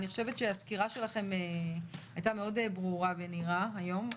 אני חושבת שהסקירה שלכם הייתה מאוד ברורה ונהירה היום.